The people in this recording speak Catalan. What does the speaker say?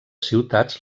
ciutats